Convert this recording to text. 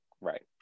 Right